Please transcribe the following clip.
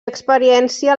experiència